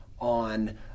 on